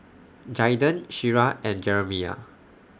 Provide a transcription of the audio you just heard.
Jaiden Shira and Jeramiah